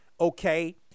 okay